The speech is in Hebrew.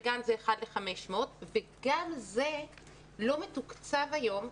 בגן זה 1 ל-500 וגם זה לא מתוקצב היום.